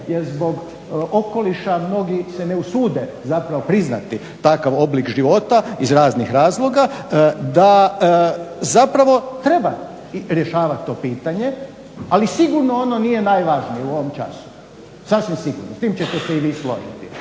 jer zbog okoliša mnogi se ne usude zapravo priznati takav oblik života iz raznih razloga, da zapravo treba rješavati to pitanje. Ali sigurno ono nije najvažnije u ovom času, sasvim sigurno. Tim ćete se i vi složiti.